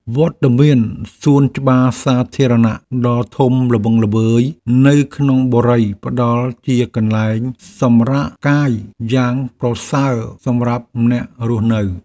វត្តមានសួនច្បារសាធារណៈដ៏ធំល្វឹងល្វើយនៅក្នុងបុរីផ្តល់ជាកន្លែងសម្រាកកាយយ៉ាងប្រសើរសម្រាប់អ្នករស់នៅ។